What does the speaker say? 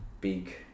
big